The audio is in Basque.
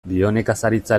bionekazaritza